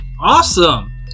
Awesome